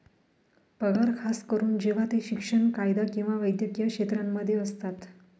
पगार खास करून जेव्हा ते शिक्षण, कायदा किंवा वैद्यकीय क्षेत्रांमध्ये असतात